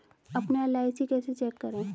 अपना एल.आई.सी कैसे चेक करें?